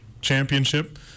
Championship